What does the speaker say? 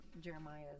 Jeremiah